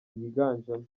yiganjemo